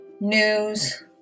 news